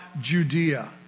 Judea